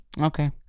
Okay